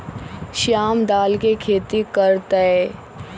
श्याम दाल के खेती कर तय